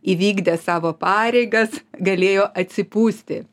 įvykdę savo pareigas galėjo atsipūsti